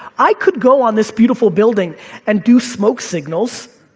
i could go on this beautiful building and do smoke signals.